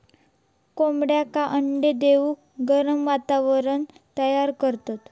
कोंबड्यांका अंडे देऊक गरम वातावरण तयार करतत